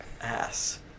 Ass